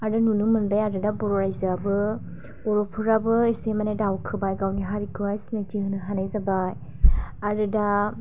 आरो नुनो मोनबाय आरो दा बर' रायजोआबो बर'फोराबो माने दावखौबाय गावनि हारिखौ सिनायथि होनो होनाय जाबाय आरो दा